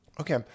Okay